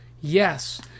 yes